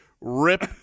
rip